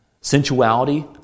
sensuality